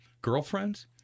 girlfriends